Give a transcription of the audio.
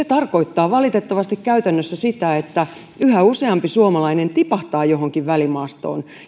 tarkoittaa valitettavasti käytännössä sitä että yhä useampi suomalainen tipahtaa johonkin välimaastoon